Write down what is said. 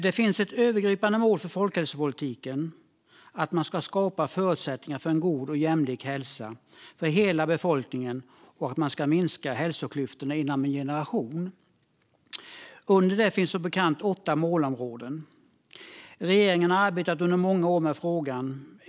Det finns ett övergripande mål för folkhälsopolitiken: att skapa förutsättningar för en god och jämlik hälsa för hela befolkningen och att minska hälsoklyftorna inom en generation. Under detta mål finns som bekant åtta målområden. Regeringen har under många år arbetat med frågan.